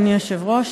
אדוני היושב-ראש,